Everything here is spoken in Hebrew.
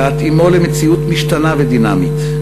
להתאימו למציאות משתנה ודינמית.